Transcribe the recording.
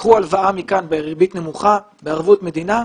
קחו הלוואה מכאן בריבית נמוכה בערבות מדינה,